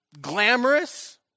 glamorous